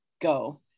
go